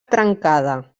trencada